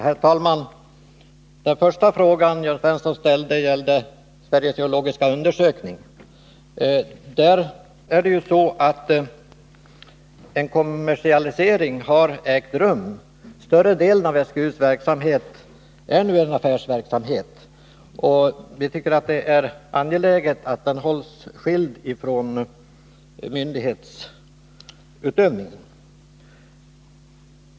Herr talman! Den första fråga som Jörn Svensson ställde gällde Sveriges geologiska undersökning. En utveckling mot kommersiell verksamhet har ägt rum. Större delen av SGU:s verksamhet är affärsverksamhet, och vi tycker att det är angeläget att den hålls skild från myndighetsutövningen.